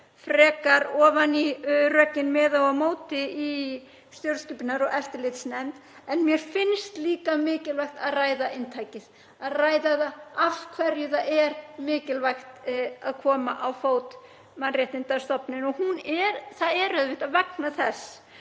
frekar ofan í rökin með og á móti í stjórnskipunar- og eftirlitsnefnd. En mér finnst líka mikilvægt að ræða inntakið, að ræða það af hverju það er mikilvægt að koma á fót mannréttindastofnun. Það er auðvitað vegna þess